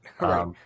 Right